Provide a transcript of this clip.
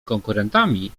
konkurentami